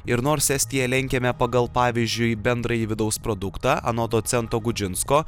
ir nors estiją lenkiame pagal pavyzdžiui bendrąjį vidaus produktą anot docento gudžinsko